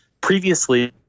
Previously